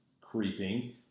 creeping